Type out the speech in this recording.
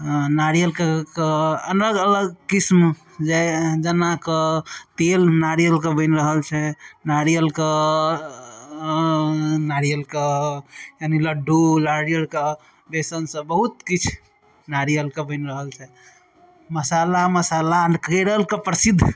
नारियलके अलग अलग किस्म जेना कि तेल नारियलके बनि रहल छै नारियल नारियलके यानि लड्डू नारियलके बेसनसँ बहुत किछु नारियलके बनि रहल छै मसाला मसाला केरलके प्रसिद्ध